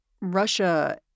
russia